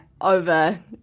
over